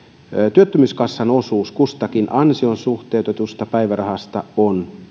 työttömyyskassan osuus kustakin ansioon suhteutetusta päivärahasta on